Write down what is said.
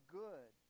good